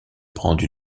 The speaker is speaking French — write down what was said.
prendre